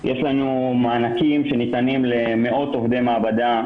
יש לנו מענקים שניתנים למאות עובדי מעבדה,